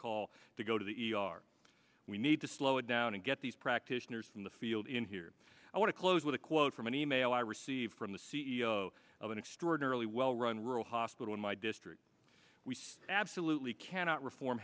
call to go to the e r we need to slow it down and get these practitioners in the field in here i want to close with a quote from an email i received from the c e o of an extraordinarily well run rural hospital in my district we absolutely cannot reform